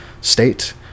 state